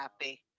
happy